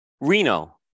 Reno